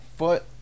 foot